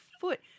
foot